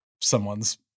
someone's